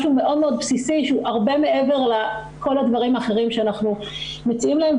משהו מאוד בסיסי שהוא הרבה מעבר לכל הדברים האחרים שאנחנו מציעים להן,